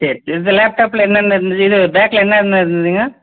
சரி இது லேப்டாப்பில் என்னென்ன இருந்தது இது பேக்கில் என்னென்ன இருந்ததுங்க